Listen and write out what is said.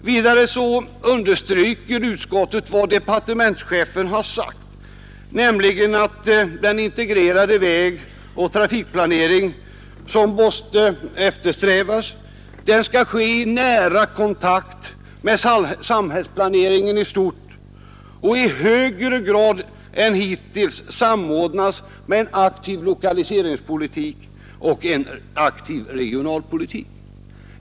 Vidare har utskottet understrukit vad departementschefen sagt om att den integrerade vägoch trafikplanering som måste eftersträvas skall ske i nära kontakt med samhällsplaneringen i stort och i högre grad än hittills samordnas med en aktiv lokaliseringspolitik och en aktiv regionalpolitik.